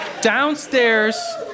downstairs